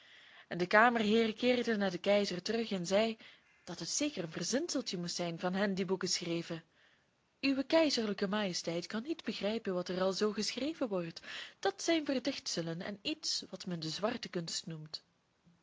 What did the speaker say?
en de kamerheer keerde naar den keizer terug en zei dat het zeker een verzinseltje moest zijn van hen die boeken schreven uwe keizerlijke majesteit kan niet begrijpen wat er al zoo geschreven wordt dat zijn verdichtselen en iets wat men de zwarte kunst noemt